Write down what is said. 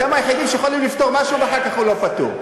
אתם היחידים שיכולים לפתור משהו ואחר כך הוא לא פתור.